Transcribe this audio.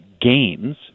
gains